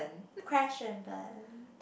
crash and burn